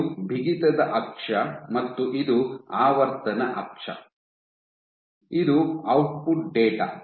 ಇದು ಬಿಗಿತದ ಅಕ್ಷ ಮತ್ತು ಇದು ಆವರ್ತನ ಅಕ್ಷ ಇದು ಔಟ್ಪುಟ್ ಡೇಟಾ